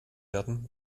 werden